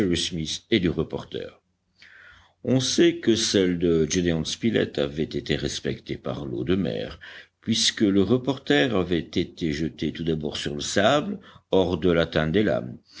et du reporter on sait que celle de gédéon spilett avait été respectée par l'eau de mer puisque le reporter avait été jeté tout d'abord sur le sable hors de l'atteinte des lames